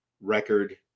record